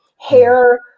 Hair